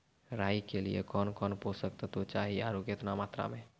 राई के लिए कौन कौन पोसक तत्व चाहिए आरु केतना मात्रा मे?